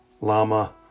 lama